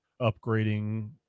upgrading